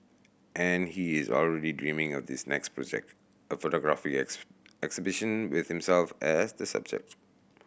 and he is already dreaming of this next project a photography exhibition with himself as the subject